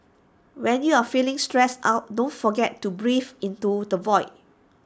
when you are feeling stressed out don't forget to breathe into the void